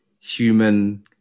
human